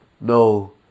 no